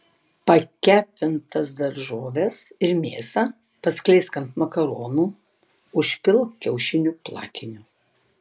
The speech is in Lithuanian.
pakepintas daržoves ir mėsą paskleisk ant makaronų užpilk kiaušinių plakiniu